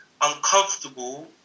uncomfortable